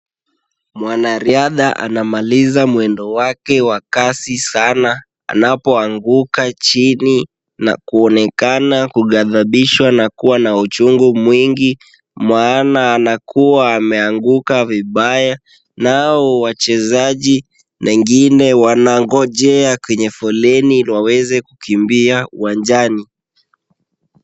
Mwanariadha anamaliza mwendo wake wa kasi sana, anapoanguka chini na kuonekana kugadhabishwa na kuwa na uchungu mwingi, maana anakuwa ameanguka vibaya, nao wachezaji wengine wanangojea kwenye foleni ili waweze kukimbia uwanjani.